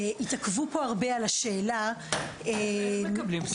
התעכבו פה הרבה על השאלה --- סליחה,